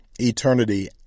eternity